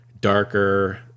darker